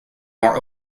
more